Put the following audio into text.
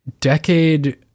decade